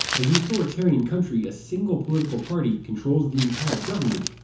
as an authoritarian country, a single political party controls the entire government,